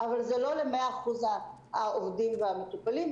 אבל זה לא ל-100% העובדים והמטופלים,